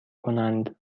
کنند